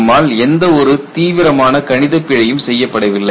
நம்மால் எந்தவொரு தீவிரமான கணிதப் பிழையும் செய்யப்படவில்லை